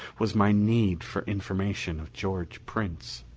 was my need for information of george prince.